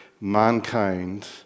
mankind